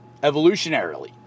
evolutionarily